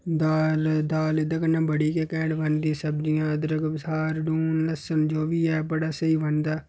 दाल दाल एह्दे कन्नै बड़ी गै घैंट बनदी ते सब्जियां अदरक बसार लून लस्सन जो बी ऐ बड़ा स्हेई बनदा